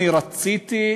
אני רציתי,